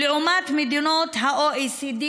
לעומת מדינות ה-OECD,